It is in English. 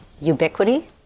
Ubiquity